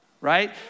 Right